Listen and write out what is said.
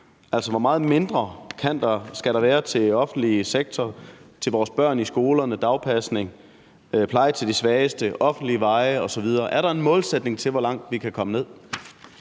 Altså, hvor meget mindre skal der være til den offentlige sektor, til vores børn i skolerne, dagpasning, pleje til de svageste, offentlige veje osv.? Er der en målsætning for, hvor langt vi kan komme ned?